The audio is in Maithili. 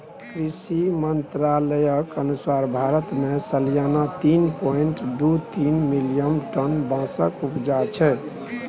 कृषि मंत्रालयक अनुसार भारत मे सलियाना तीन पाँइट दु तीन मिलियन टन बाँसक उपजा छै